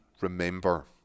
remember